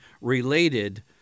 related